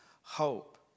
hope